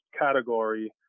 category